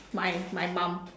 my my mum